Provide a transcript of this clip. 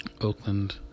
Oakland